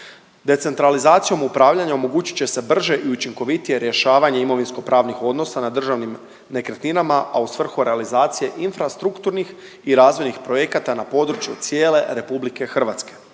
Decentralizacijom upravljanja omogućit će se brže i učinkovitije rješavanje imovinsko-pravnih odnosa na državnim nekretninama, a u svrhu realizacije infrastrukturnih i razvojnih projekata na području cijele Republike Hrvatske